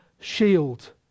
shield